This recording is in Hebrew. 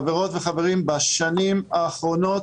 חברות וחברים, השנים האחרונות,